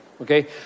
Okay